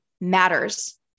matters